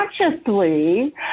consciously